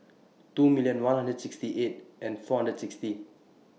two million one hundred and sixty eight and four hundred and sixty